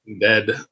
Dead